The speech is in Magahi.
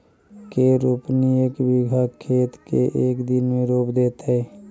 के रोपनी एक बिघा खेत के एक दिन में रोप देतै?